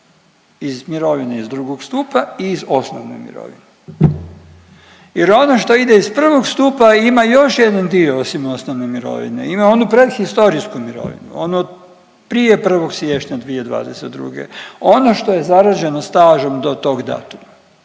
iz mirovine iz drugog stupa i iz osnovne mirovine jer ono što ide iz prvog stupa ima još jedan dio osim osnovne mirovine. Ima onu prethistorijsku mirovinu, ono prije 1. siječnja 2022. ono što je zarađeno stažom do tog datuma